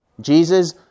Jesus